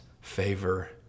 favor